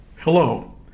Hello